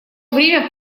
время